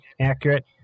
accurate